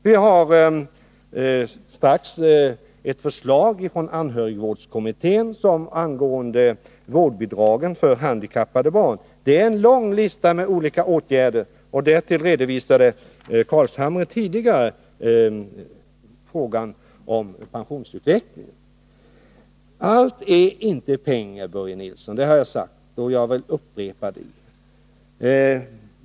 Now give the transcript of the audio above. Det kommer snart ett förslag från anhörigvårdskommittén angående vårdbidrag för handikappade barn. Det är en lång lista på olika åtgärder. Därtill redovisade Nils Carlshamre tidigare frågan om pensionsutvecklingen. Allt är inte pengar, Börje Nilsson. Det har jag sagt tidigare, och jag vill upprepa det.